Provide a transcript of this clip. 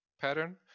pattern